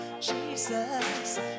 jesus